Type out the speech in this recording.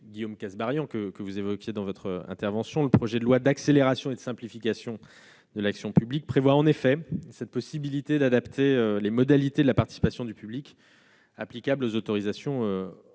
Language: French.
Guillaume Kasbarian, que vous évoquiez dans votre intervention, le projet de loi d'accélération et de simplification de l'action publique prévoit, en effet, la possibilité d'adapter les modalités de la participation du public applicables aux autorisations